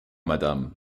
madame